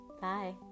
Bye